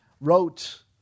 wrote